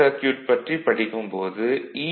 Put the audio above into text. circuit பற்றி படிக்கும் போது ஈ